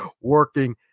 working